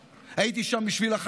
הייתי שם בשביל מפוני קריית שמונה,